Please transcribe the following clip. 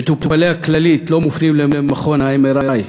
מטופלי הכללית לא מופנים למכון ה-MRI,